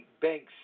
banks